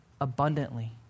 abundantly